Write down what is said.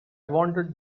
wanted